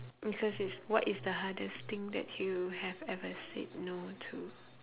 because it's what is the hardest thing that you have ever said no to